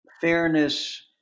fairness